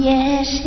Yes